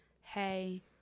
hey